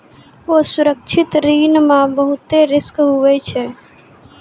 असुरक्षित ऋण मे बहुते रिस्क हुवै छै